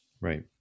Right